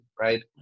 right